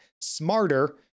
smarter